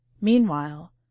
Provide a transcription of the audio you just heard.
Meanwhile